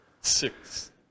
six